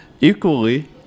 Equally